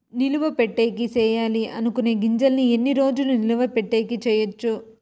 నిలువ పెట్టేకి సేయాలి అనుకునే గింజల్ని ఎన్ని రోజులు నిలువ పెట్టేకి చేయొచ్చు